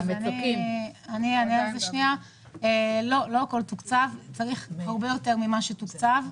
לא הכול תוקצב, צריך הרבה יותר ממה שתוקצב.